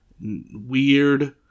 weird